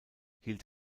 hielt